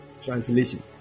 translation